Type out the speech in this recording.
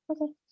okay